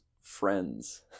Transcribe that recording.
Friends